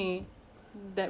it doesn't exist then sure